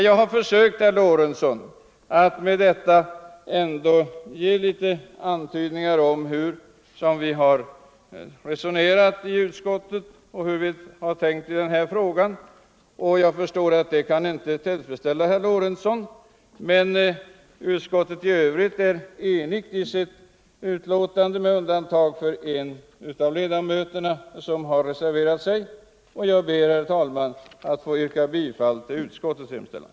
Jag har försökt att med detta ge någon antydan om hur vi har resonerat i utskottet. Jag förstår att det inte kan tillfredsställa herr Lorentzon, men utskottet i övrigt är enigt i sitt betänkande med undantag för en av ledamöterna som har reserverat sig. Jag ber, herr talman, att få yrka bifall till utskottets hemställan.